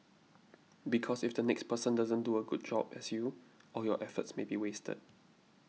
because if the next person doesn't do a good job as you all your efforts may be wasted